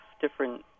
different